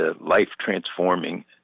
life-transforming